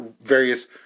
various